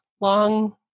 long